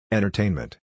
Entertainment